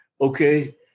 okay